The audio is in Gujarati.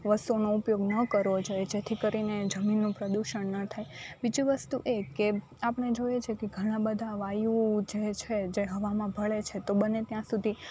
વસ્તુઓનો ઉપયોગ ન કરવો જોઈએ જેથી કરીને જમીનનું પ્રદૂષણ ન થાય બીજું વસ્તુ એ કે આપણે જોઈએ છે કે ઘણાં બધાં વાયુ જે છે હવામાં ભળે છે તો બને ત્યાં સુધી